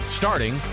starting